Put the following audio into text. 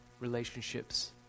relationships